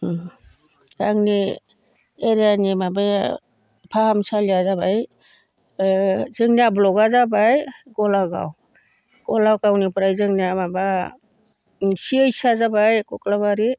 आङो एरियानि माबाया फाहामसालिया जाबाय जोंनिया ब्लकआ जाबाय गलागाव गलागावनिफ्राय जोंनिया माबा सिएइचआ जाबाय कक्लाबारि